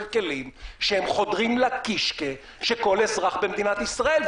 כלים שחודרים לקישקע של כל אזרח במדינת ישראל.